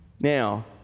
Now